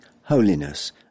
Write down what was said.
Holiness